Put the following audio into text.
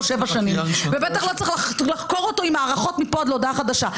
שבע שנים ובטח לא צריך לחקור אותו עם הארכות מפה עד להודעה חדשה.